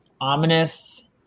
ominous